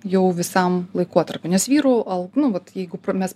jau visam laikotarpiui nes vyrų al nu vat jeigu mes